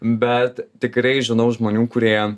bet tikrai žinau žmonių kurie